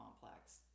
complex